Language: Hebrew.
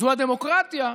זאת הדמוקרטיה.